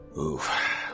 Oof